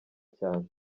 cyane